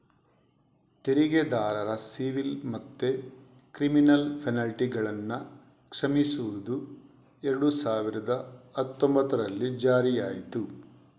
ತೆರಿಗೆದಾರರ ಸಿವಿಲ್ ಮತ್ತೆ ಕ್ರಿಮಿನಲ್ ಪೆನಲ್ಟಿಗಳನ್ನ ಕ್ಷಮಿಸುದು ಎರಡು ಸಾವಿರದ ಹತ್ತೊಂಭತ್ತರಲ್ಲಿ ಜಾರಿಯಾಯ್ತು